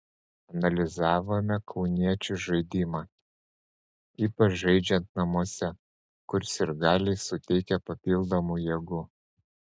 analizavome kauniečių žaidimą ypač žaidžiant namuose kur sirgaliai suteikia papildomų jėgų